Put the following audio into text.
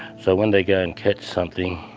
so when they go and catch something,